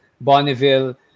bonneville